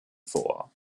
vor